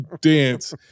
dance